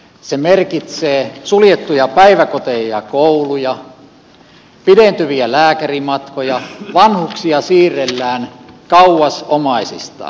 se merkitsee suljettuja päiväkoteja ja kouluja pidentyviä lääkärimatkoja vanhuksia siirrellään kauas omaisistaan